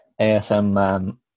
ASM